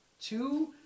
Two